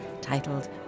titled